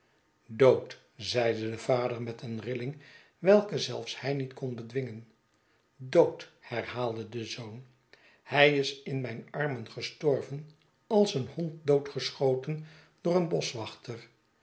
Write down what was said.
dood zeide de vader met een rilling welke zelfs hij niet kon bedwingen dood herhaalde de zoon hij is in mijn armen gestorven als een hond doodgeschoten door een boschwachter